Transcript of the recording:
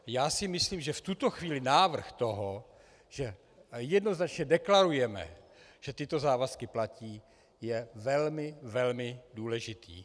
Já si myslím, že v tuto chvíli návrh toho, že jednoznačně deklarujeme, že tyto závazky platí, je velmi, velmi důležitý.